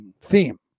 theme